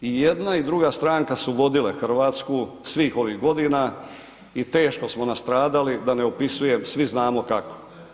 I jedna i druga stranka su vodile Hrvatsku svih ovih godina i teško smo nastradali, da ne opisujem, svi znamo kako.